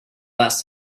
last